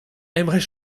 aimerait